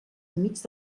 enmig